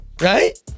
Right